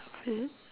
hello